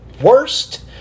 worst